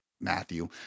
matthew